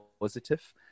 positive